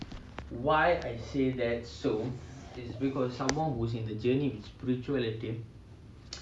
why I say that so it's because someone who's in the journey spirituality